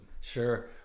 Sure